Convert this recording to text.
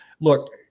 look